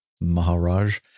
Maharaj